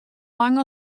lang